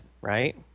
right